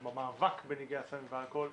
או במאבק בנגעי הסמים והאלכוהול,